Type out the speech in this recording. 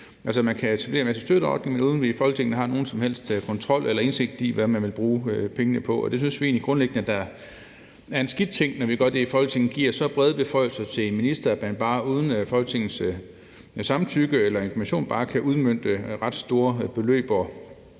man kan etablere en masse støtteordninger, uden at vi i Folketinget har nogen som helst kontrol eller indsigt i, hvad man vil bruge pengene på, og vi synes egentlig grundlæggende, at det er en skidt ting, når vi i Folketinget giver så brede beføjelser til en minister, som uden Folketingets samtykke eller information bare kan udmønte ret store beløb